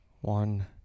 One